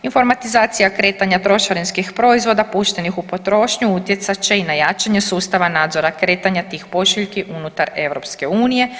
Informatizacija kretanja trošarinskih proizvoda puštenih u potrošnju utjecat će i na jačanje sustava nadzora kretanja tih pošiljki unutar EU.